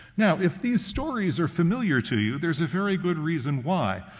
now, if these stories are familiar to you, there's a very good reason why.